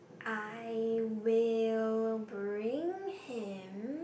I will bring him